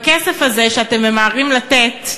בכסף הזה, שאתם ממהרים לתת,